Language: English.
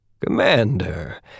Commander